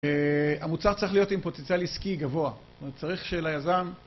המוצר צריך להיות עם פוטנציאל עסקי גבוה, זאת אומרת צריך שליזם